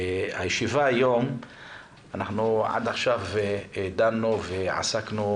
עד עכשיו עסקנו